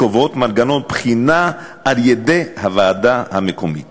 קובעות מנגנון בחינה על-ידי הוועדה המקומית